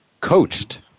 coached